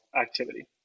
activity